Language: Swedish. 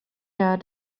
gör